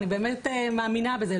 אני באמת מאמינה בזה,